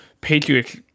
Patriots